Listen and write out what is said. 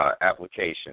Application